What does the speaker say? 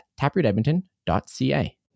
taprootedmonton.ca